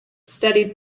studied